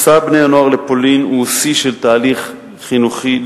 מסע בני-הנוער לפולין הוא שיא של תהליך חינוכי,